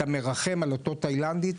אתה מרחם על אותו תאילנדי,